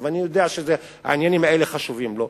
ואני יודע שהעניינים האלה חשובים לו,